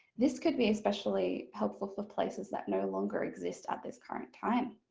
this could be especially helpful for places that no longer exist at this current time.